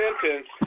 sentence